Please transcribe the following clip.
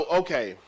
okay